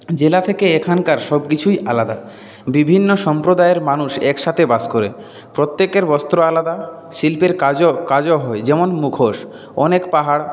জেলা থেকে এখানকার সবকিছুই আলাদা বিভিন্ন সম্প্রদায়ের মানুষ একসাথে বাস করে প্রত্যেকের বস্ত্র আলাদা শিল্পের কাজও কাজও হয় যেমন মুখোশ অনেক পাহাড়